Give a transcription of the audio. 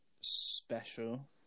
special